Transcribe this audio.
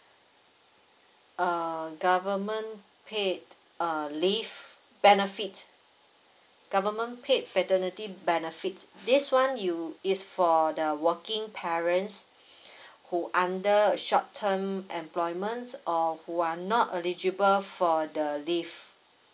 uh government paid uh leave benefit government paid paternity benefits this [one] you is for the working parents who under a short term employments or who are not eligible for the leave